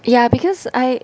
ya because I